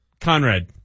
Conrad